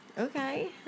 Okay